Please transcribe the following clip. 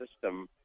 system